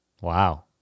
Wow